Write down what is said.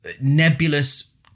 nebulous